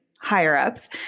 higher-ups